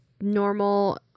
normal